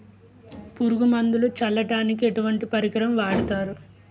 పురుగు మందులు చల్లడానికి ఎటువంటి పరికరం వాడతారు?